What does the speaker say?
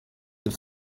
have